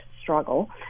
struggle